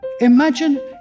Imagine